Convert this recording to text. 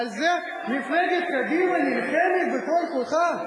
על זה מפלגת קדימה נלחמת בכל כוחה?